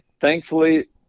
Thankfully